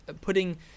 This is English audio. putting